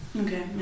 okay